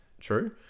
True